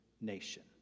nation